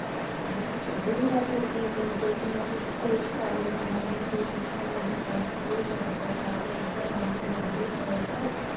फिर दूई बारी मिगी इ'यां लग्गेआ कि में कुछ होर शैल बनावां में केह् कीता में दकान पर गेई में बड्डा चार्ट लेआंदा रंग लेआंदे शैल शैल